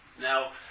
Now